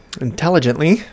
intelligently